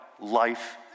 life